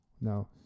Now